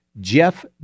Jeff